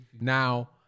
Now